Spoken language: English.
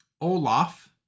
Olaf